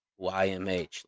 YMH